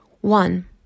One